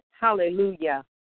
Hallelujah